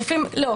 לא.